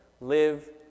Live